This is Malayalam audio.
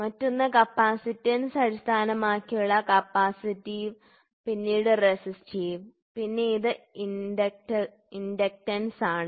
മറ്റൊന്ന് കപ്പാസിറ്റൻസ് അടിസ്ഥാനമാക്കിയുള്ള കപ്പാസിറ്റീവ് പിന്നീട് റെസിസ്റ്റീവ് പിന്നെ അത് ഇൻഡക്റ്റൻസാണ്